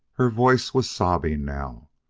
her voice was sobbing now,